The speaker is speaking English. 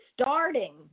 starting